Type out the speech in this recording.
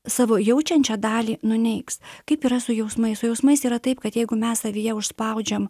savo jaučiančią dalį nuneigs kaip yra su jausmais su jausmais yra taip kad jeigu mes savyje užspaudžiam